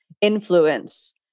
influence